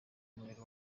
umubiri